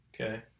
Okay